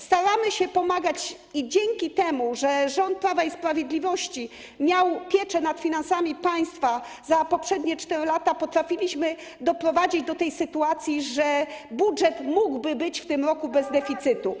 Staramy się pomagać i dzięki temu, że rząd Prawa i Sprawiedliwości miał pieczę nad finansami państwa przez poprzednie 4 lata, potrafiliśmy doprowadzić do sytuacji, że budżet mógłby być w tym roku bez deficytu.